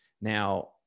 Now